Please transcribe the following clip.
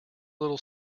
little